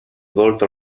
volto